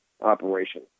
operation